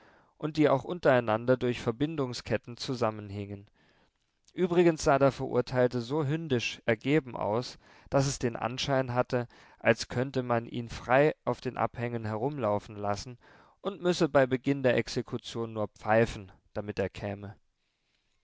und die auch untereinander durch verbindungsketten zusammenhingen übrigens sah der verurteilte so hündisch ergeben aus daß es den anschein hatte als könnte man ihn frei auf den abhängen herumlaufen lassen und müsse bei beginn der exekution nur pfeifen damit er käme